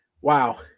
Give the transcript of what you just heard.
wow